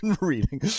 reading